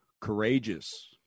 courageous